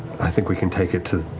i think we can take it to,